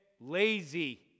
lazy